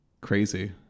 Crazy